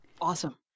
Awesome